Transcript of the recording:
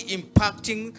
impacting